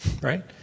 right